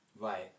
Right